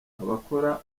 abakora